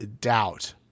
doubt